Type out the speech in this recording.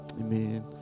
amen